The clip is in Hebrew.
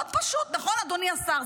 מאוד פשוט, נכון, אדוני השר?